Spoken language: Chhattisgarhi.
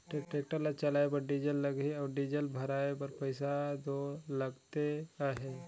टेक्टर ल चलाए बर डीजल लगही अउ डीजल भराए बर पइसा दो लगते अहे